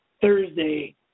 Thursday